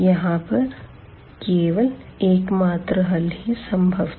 यहां पर केवल एकमात्र हल ही संभव था